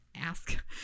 ask